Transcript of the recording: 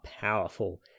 powerful